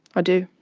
i do.